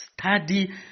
Study